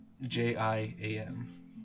j-i-a-m